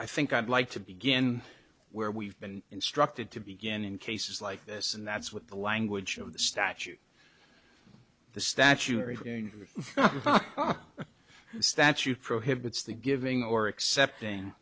i think i'd like to begin where we've been instructed to begin in cases like this and that's what the language of the statute the statuary in statute prohibits the giving or accepting